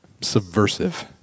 subversive